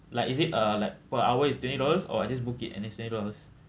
like is it uh like per hour is twenty dollars or I just book it and it's twenty dollars